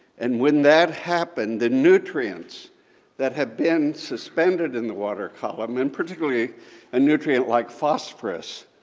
and when that happens, the nutrients that have been suspended in the water column, and particularly a nutrient like phosphorus,